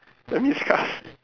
damn disgust